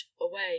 away